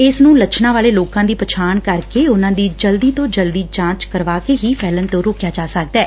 ਇਸ ਨੂੰ ਲੱਛਣਾਂ ਵਾਲੇ ਲੋਕਾਂ ਦੀ ਪਛਾਣ ਕਰਕੇ ਉਨੂਾ ਦੀ ਜਲਦੀ ਤੋਂ ਜਲਦੀ ਜਾਂਚ ਕਰਵਾ ਕੇ ਹੀ ਫੈਲਣ ਤੋਂ ਰੋਕਿਆ ਜਾ ਸਕਦੈ